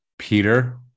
Peter